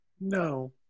No